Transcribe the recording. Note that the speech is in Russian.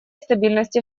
стабильности